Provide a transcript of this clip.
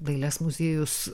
dailės muziejus